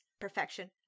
perfection